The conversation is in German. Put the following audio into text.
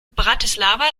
bratislava